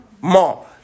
more